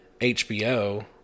HBO